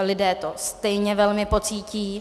Lidé to stejně velmi pocítí.